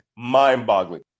mind-boggling